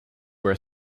were